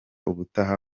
ubutaha